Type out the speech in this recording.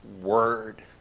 Word